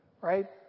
right